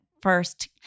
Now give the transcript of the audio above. first